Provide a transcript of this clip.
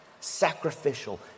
sacrificial